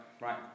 right